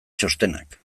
txostenak